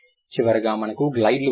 చివరగా మనకు గ్లైడ్లు ఉన్నాయి